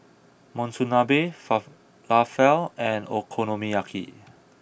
Monsunabe Falafel and Okonomiyaki